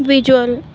visual